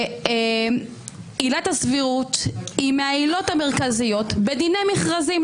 שעילת הסבירות היא מהעילות המרכזיות בדיני מכרזים,